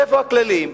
איפה הכללים?